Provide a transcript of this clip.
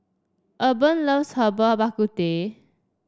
Urban loves Herbal Bak Ku Teh